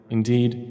Indeed